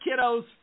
kiddos